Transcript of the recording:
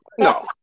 no